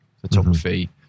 photography